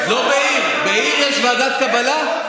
לא בעיר, בעיר יש ועדת קבלה?